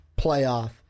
playoff